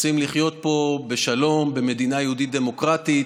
רוצים לחיות פה בשלום, במדינה יהודית ודמוקרטית,